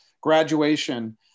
graduation